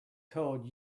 code